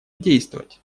действовать